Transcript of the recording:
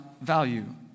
value